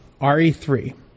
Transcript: RE3